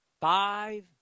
five